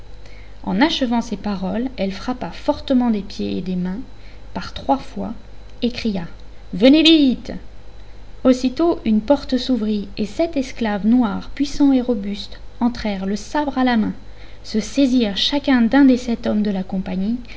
en achevant ces paroles elle frappa fortement des pieds et des mains par trois fois et cria venez vite aussitôt une porte s'ouvrit et sept esclaves noirs puissants et robustes entrèrent le sabre à la main se saisirent chacun d'un des sept hommes de la compagnie